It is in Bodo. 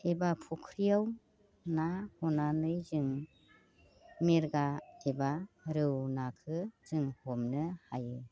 एबा फुख्रियाव ना गुरनानै जों मेरगा एबा रौ नाखो जों हमनो हायो